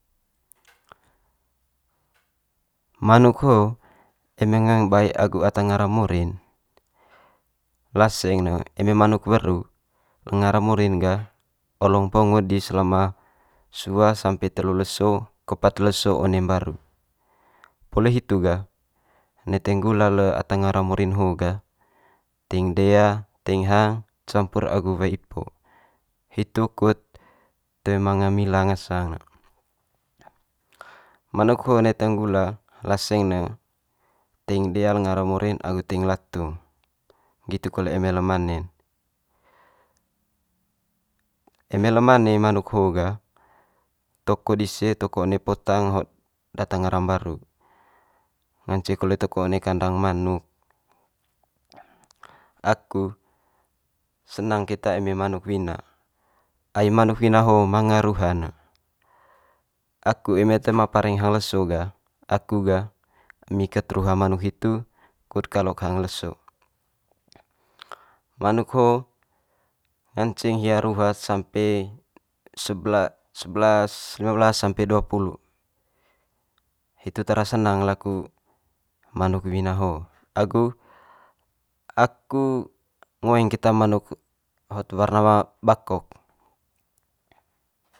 manuk ho eme ngoeng bae agu ata ngara mori'n, laseng ne eme manuk weru ngara mori'n gah olong pongo di selama sua sampe telu leso ko pat leso one mbaru. Poli hitu gah neteng gula le ata ngara mori'n ho gah ting dea, teing hang campur agu wae ipo, hitu kut toe manga mila ngasang ne. Manuk ho neteng gula laseng ne teing dea le ngara mori'n agu teing latung, nggitu kole eme le mane'n. eme le mane manuk ho gah toko dise toko one potang hot data ngara mbaru, nganceng kole toko one kandang manuk. Aku senang keta eme manuk wina, ai manuk wina ho manga ruha'n ne. Aku eme toe ma pareng hang leso gah aku gah emi kat ruha manuk hitu kut kalok hang leso. Manuk ho nganceng hia ruha sampe sebela sebelas limabelas sampe duapulu, hitu tara senang laku manuk wina ho agu aku ngoeng keta manuk hot warna bakok.